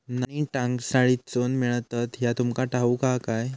नाणी टांकसाळीतसून मिळतत ह्या तुमका ठाऊक हा काय